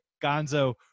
Gonzo